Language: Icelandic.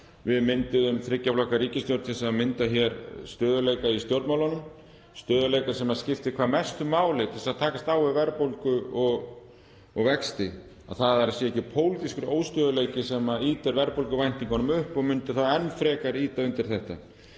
Við mynduðum þriggja flokka ríkisstjórn að mynda hér stöðugleika í stjórnmálunum, stöðugleika sem skiptir hvað mestu máli til að takast á við verðbólgu og vexti, að það sé ekki pólitískur óstöðugleiki sem ýtir verðbólguvæntingunum upp og myndi enn frekar ýta undir þetta.